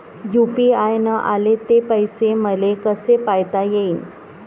UPI न आले ते पैसे मले कसे पायता येईन?